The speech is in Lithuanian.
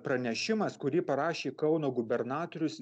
pranešimas kurį parašė kauno gubernatorius